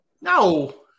No